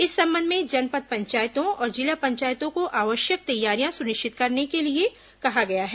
इस संबंध में जनपद पंचायतों और जिला पंचायतों को आवश्यक तैयारियां सुनिश्चित करने के लिए कहा गया है